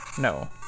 no